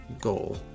goal